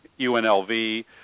UNLV